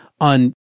on